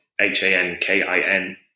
H-A-N-K-I-N